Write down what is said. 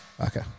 Okay